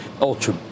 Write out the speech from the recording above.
Ultra